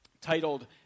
titled